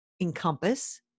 encompass